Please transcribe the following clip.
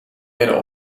willen